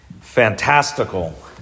fantastical